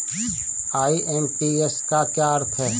IMPS का क्या अर्थ है?